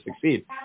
succeed